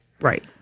Right